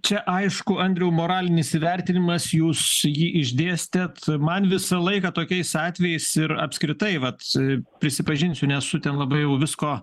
čia aišku andriau moralinis įvertinimas jūs jį išdėstėt man visą laiką tokiais atvejais ir apskritai vat prisipažinsiu nesu ten labai jau visko